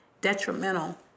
detrimental